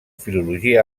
filologia